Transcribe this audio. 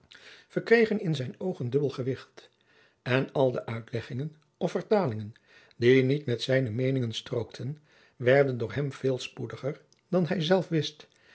verkregen in zijn oog een dubbel gewicht en al de uitleggingen of vertalingen die niet met zijne meeningen strookten werden door hem veel spoediger dan hij zelf wist